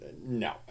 no